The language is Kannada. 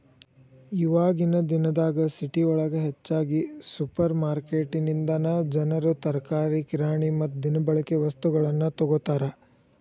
ಇವಾಗಿನ ದಿನದಾಗ ಸಿಟಿಯೊಳಗ ಹೆಚ್ಚಾಗಿ ಸುಪರ್ರ್ಮಾರ್ಕೆಟಿನಿಂದನಾ ಜನರು ತರಕಾರಿ, ಕಿರಾಣಿ ಮತ್ತ ದಿನಬಳಿಕೆ ವಸ್ತುಗಳನ್ನ ತೊಗೋತಾರ